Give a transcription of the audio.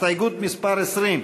הסתייגות מס' 20,